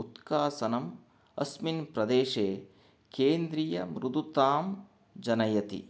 उत्कासनम् अस्मिन् प्रदेशे केन्द्रीयमृदुतां जनयति